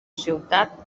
ciutat